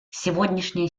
сегодняшняя